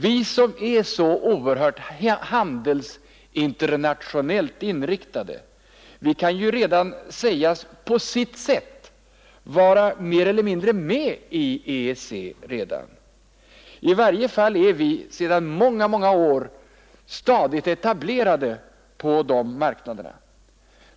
Vi som är så oerhört handelsinternationellt inriktade, vi kan ju sägas — på sitt sätt — redan vara mer eller mindre med i EEC. I varje fall är vi sedan många, många år stadigt etablerade på de marknaderna.